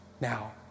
now